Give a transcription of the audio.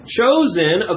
chosen